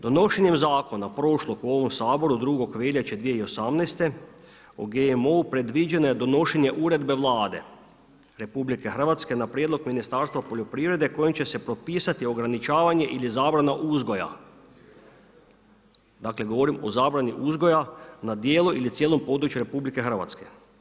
Donošenjem zakona, prošlog u ovom Saboru 2. veljače 2018. o GMO-u predviđeno je donošenje uredbe Vlade RH na prijedlog Ministarstva poljoprivrede kojim će se propisivati ograničavanje ili zabrana uzgoja, dakle govorim o zabrani uzgoja na dijelu ili cijelom području RH.